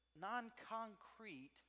non-concrete